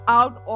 out